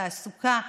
תעסוקה.